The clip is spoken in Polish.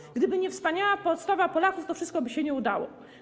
I gdyby nie wspaniała postawa Polaków, to wszystko by się nie udało.